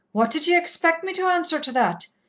what did ye expect me to answer to that?